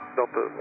Delta